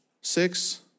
six